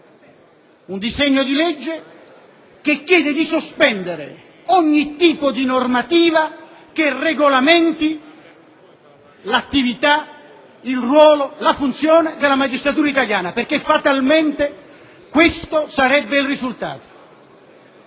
un disegno di legge che chiede di sospendere ogni tipo di normativa che regolamenti l'attività, il ruolo, la funzione della magistratura italiana, perché fatalmente questo sarebbe il risultato.